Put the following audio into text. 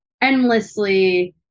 endlessly